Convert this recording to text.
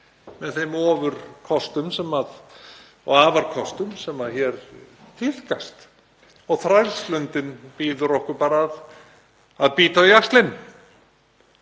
með þeim ofurkostum og afarkostum sem hér tíðkast og þrælslundin býður okkur bara að bíta á jaxlinn.